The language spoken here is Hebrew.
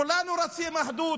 כולנו רוצים אחדות.